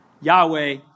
Yahweh